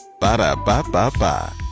Ba-da-ba-ba-ba